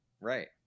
right